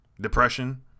depression